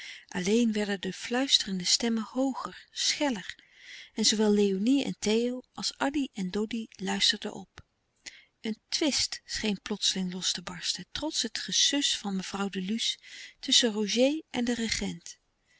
alleen werden de fluisterende stemmen hooger scheller en zoowel léonie en theo als addy louis couperus de stille kracht en doddy luisterden op een twist scheen plotseling los te barsten trots het gesus van mevrouw de luce tusschen roger en den regent